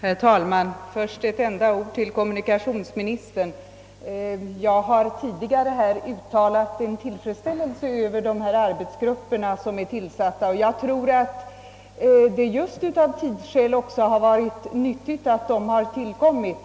Herr talman! Först några ord till kommunikationsministern. Jag har tidigare här uttalat tillfredsställelse över dessa arbetsgrupper som är tillsatta, och jag tror att det just av tidsskäl också varit nyttigt att de tillkommit